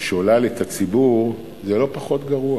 שולל את הציבור, זה לא פחות גרוע.